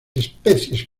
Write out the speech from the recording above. especies